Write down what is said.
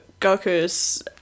Goku's